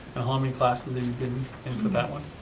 how many classes have you been in for that one?